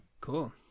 Cool